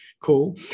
cool